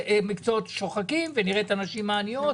המקצועות השוחקים ונראה את הנשים העניות.